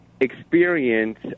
experience